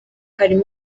harimo